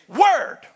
word